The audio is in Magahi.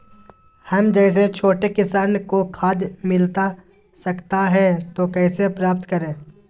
हम जैसे छोटे किसान को खाद मिलता सकता है तो कैसे प्राप्त करें?